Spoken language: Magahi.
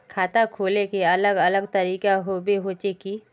खाता खोले के अलग अलग तरीका होबे होचे की?